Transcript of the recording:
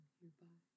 hereby